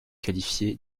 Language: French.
qualifié